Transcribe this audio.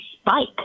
spike